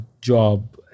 job